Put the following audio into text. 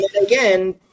again